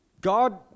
God